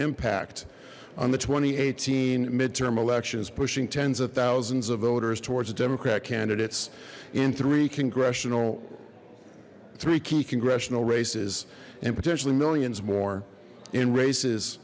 impact on the two thousand and eighteen midterm elections pushing tens of thousands of voters towards a democrat candidates in three congressional three key congressional races and potentially millions more in races